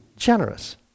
Generous